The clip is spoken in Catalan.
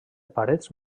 parets